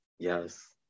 yes